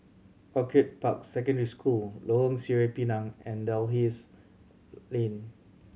Orchid Park Secondary School Lorong Sireh Pinang and Dalhousie Lane